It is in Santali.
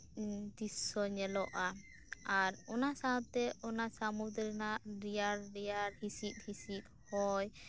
ᱫᱤᱨᱥᱥᱚ ᱧᱮᱞᱚᱜᱼᱟ ᱟᱨ ᱚᱱᱟ ᱥᱟᱶᱛᱮ ᱚᱱᱟ ᱥᱟᱹᱢᱩᱫᱽ ᱨᱮᱱᱟᱜ ᱨᱮᱭᱟᱲ ᱨᱮᱭᱟᱲ ᱦᱤᱥᱤᱫ ᱦᱤᱥᱤᱫ ᱦᱚᱭ